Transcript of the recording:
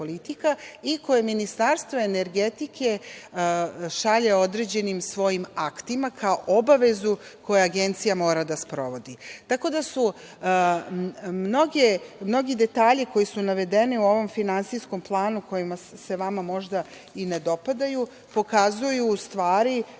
i koje Ministarstvo energetike šalje određenim svojim aktima kao obavezu koju Agencija mora da sprovodi. Mnogi detalji koji su navedeni u ovom finansijskom planu koji se vama možda i ne dopadaju pokazuju u stvari